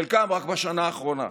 חלקם רק בשנה האחרונה.